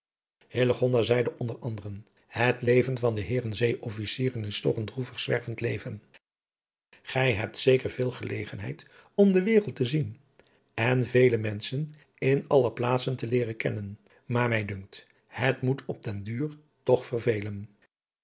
zeide onder anderen het leven van de heeren zee-officieren is toch een droevig zwervend leven gij hebt zeker veel gelegenheid om de wereld te zien en vele adriaan loosjes pzn het leven van hillegonda buisman menschen in alle plaatsen te leeren kennen maar mij dunkt het moet op den duur toch